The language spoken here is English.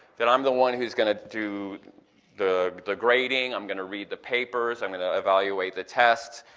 that i'm the one whose gonna do the the grading, i'm gonna read the papers, i'm gonna evaluate the test,